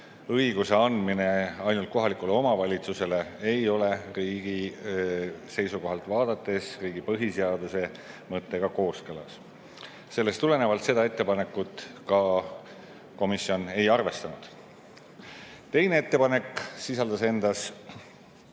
õiguse andmine ainult kohalikule omavalitsusele ei ole riigi seisukohalt vaadates riigi põhiseaduse mõttega kooskõlas. Sellest tulenevalt seda ettepanekut komisjon ei arvestanud. Teine ettepanek sisaldas endas